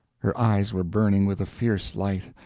her eyes were burning with a fierce light,